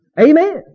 Amen